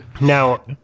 Now